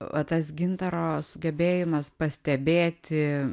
va tas gintaro sugebėjimas pastebėti